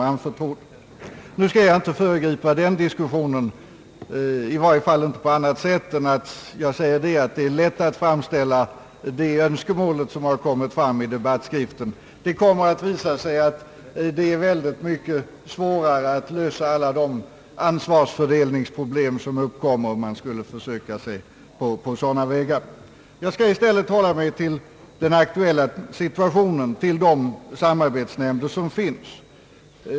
Jag skall inte föregripa den diskussionen, i varje fall inte på annat sätt än att jag säger att det är lätt att framställa det önskemålet som har kommit fram i debattskriften. Det kommer att bli mycket svårare att lösa de ansvarsfördelningsproblem som då uppkommer. I stället skall jag hålla mig till den aktuella situationen, till de samarbetsnämnder som finns.